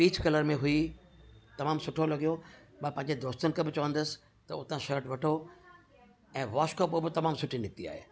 peach colour में हुई तमामु सुठो लॻियो मां पंहिंजे दोस्तनि खे बि चवंदुसि त उतां शर्ट वठो ऐं वॉश खां पोइ बि तमामु सुठी निकती आहे